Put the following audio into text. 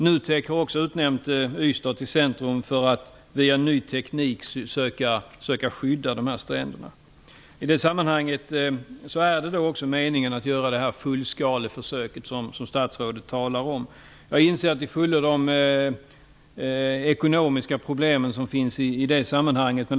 NUTEK har också utnämnt Ystad till centrum för att via ny teknik söka skydda stränderna.I det sammanhanget är det meningen att genomföra det fullskaleförsök som statsrådet talar om. Jag inser till fullo de ekonomiska problem som finns förknippade med det.